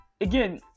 Again